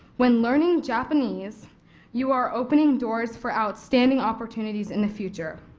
when learning japanese you are opening doors for outstanding opportunities in the future.